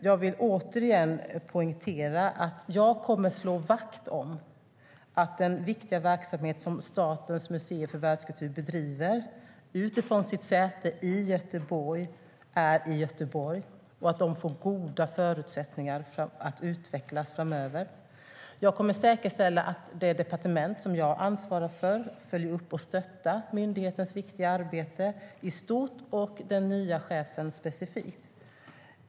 Jag vill återigen poängtera att jag kommer att slå vakt om att den viktiga verksamhet som Statens museer för världskultur bedriver, utifrån sitt säte i Göteborg, är i Göteborg och att de får goda förutsättningar att utvecklas framöver. Jag kommer att säkerställa att det departement som jag ansvarar för följer upp och stöttar myndighetens viktiga arbete i stort och den nya chefen specifikt.